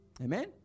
Amen